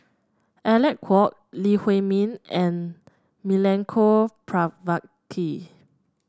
Alec Kuok Lee Huei Min and Milenko Prvacki